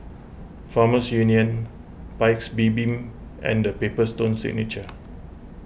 Farmers Union Paik's Bibim and the Paper Stone Signature